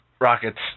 rockets